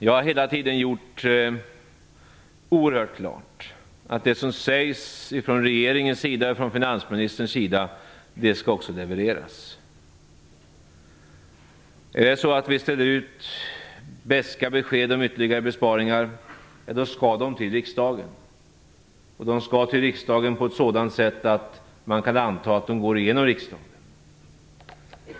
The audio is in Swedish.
Jag har hela tiden gjort oerhört klart att det som sägs från regeringens sida och från finansministerns sida också skall levereras. Om vi ställer ut beska besked om ytterligare besparingar skall förslagen till riksdagen. De skall till riksdagen på ett sådant sätt att man kan anta att de går igenom riksdagen.